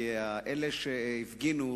כי אלה שהפגינו,